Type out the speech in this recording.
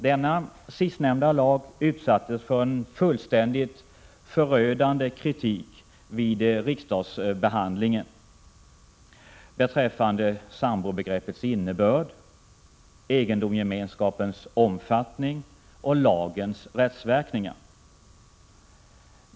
Denna sistnämnda lag utsattes för en fullständigt förödande kritik vid riksdagsbehandlingen beträffande sambobegreppets innebörd, egendomsgemenskapens omfattning och lagens rättsverkningar.